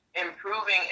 improving